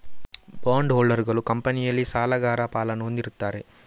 bond ಹೋಲ್ಡರುಗಳು ಕಂಪನಿಯಲ್ಲಿ ಸಾಲಗಾರ ಪಾಲನ್ನು ಹೊಂದಿರುತ್ತಾರೆ